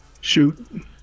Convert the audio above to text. Shoot